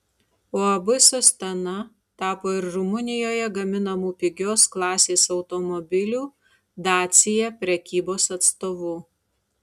uab sostena tapo ir rumunijoje gaminamų pigios klasės automobilių dacia prekybos atstovu